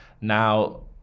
now